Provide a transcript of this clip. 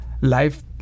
life